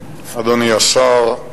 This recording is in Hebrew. אדוני השר,